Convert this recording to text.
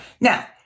Now